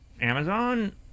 Amazon